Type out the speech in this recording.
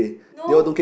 no